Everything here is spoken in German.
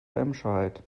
remscheid